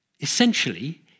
essentially